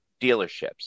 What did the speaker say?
dealerships